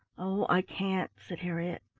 oh, i can't, said harriett.